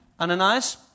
Ananias